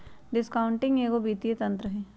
discounting एगो वित्तीय तंत्र हइ